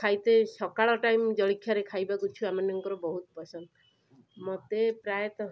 ଖାଇତେ ସକାଳ ଟାଇମ୍ ଜଳଖିଆରେ ଖାଇବାକୁ ଛୁଆମାନଙ୍କର ବହୁତ ପସନ୍ଦ ମୋତେ ପ୍ରାୟତଃ